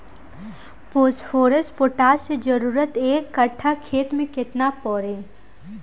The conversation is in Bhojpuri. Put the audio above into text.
फॉस्फोरस पोटास के जरूरत एक कट्ठा खेत मे केतना पड़ी?